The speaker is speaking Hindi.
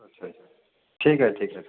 अच्छा अच्छा ठीक है ठीक है सर